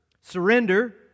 surrender